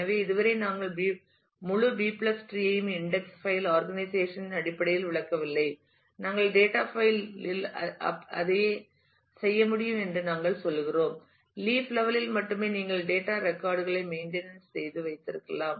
எனவே இதுவரை நாங்கள் முழு பி டிரீB treeஐயும் இன்டெக்ஸ் பைல் ஆர்கனைசேஷன் இன் அடிப்படையில் விளக்கவில்லை நாங்கள் டேட்டா பைல் இல் அதையே செய்ய முடியும் என்று நாங்கள் சொல்கிறோம் லீப் லெவல் இல் மட்டுமே நீங்கள் டேட்டா ரெக்கார்ட் களை மெயின்டனன்ஸ் செய்து வைத்திருக்க வேண்டும்